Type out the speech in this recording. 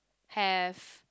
have